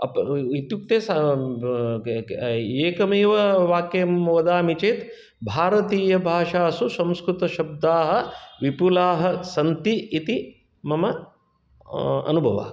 इत्युक्ते एकमेव वाक्यं वदामि चेत् भारतीयभाषासु संस्कृतशब्दाः विपुलाः सन्ति इति मम अनुभवः